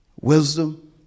wisdom